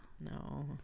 No